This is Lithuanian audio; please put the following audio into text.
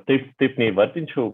taip taip neįvardinčiau